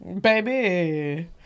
Baby